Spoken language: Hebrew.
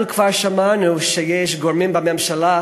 אנחנו כבר שמענו שיש גורמים בממשלה